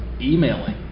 emailing